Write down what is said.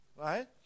Right